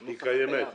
היא קיימת.